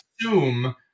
assume